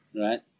right